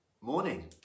morning